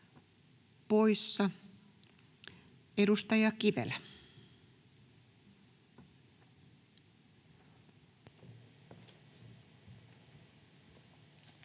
jonka edustaja Kivelä